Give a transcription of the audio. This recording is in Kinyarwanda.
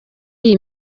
iyi